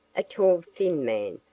a tall thin man,